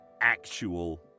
actual